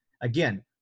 Again